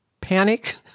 panic